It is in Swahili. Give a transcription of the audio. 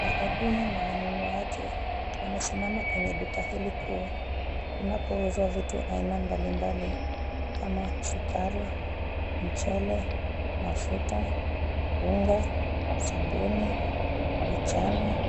Wahudumu na wanunuaji wamesimama kwenye duka hili kuu kunapo uzwa vitu vya aina mbalimbali kama sukari, Michele, mafuta, unga, sabuni, vichana,